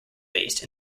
based